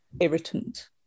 irritant